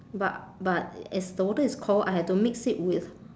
but but as the water is cold I have to mix it with